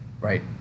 right